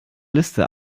liste